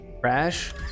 crash